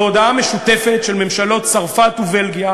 מהודעה משותפת של ממשלות צרפת ובלגיה